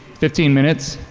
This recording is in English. fifteen minutes,